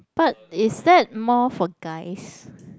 but is that more for guys